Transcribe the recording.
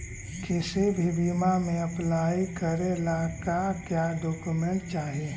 किसी भी बीमा में अप्लाई करे ला का क्या डॉक्यूमेंट चाही?